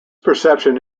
perception